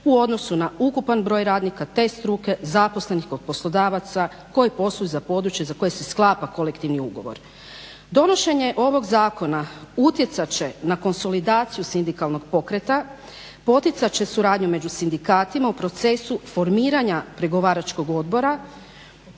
u odnosu na ukupan broj radnika te struke, zaposlenih kod poslodavaca koji postoji za područje za koje se sklapa kolektivni ugovor. Donošenje ovog zakona utjecat će na konsolidaciju sindikalnog pokreta, poticat će suradnju među sindikatima u procesu formiranja pregovaračkog odbora,